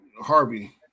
Harvey